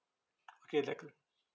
okay decla~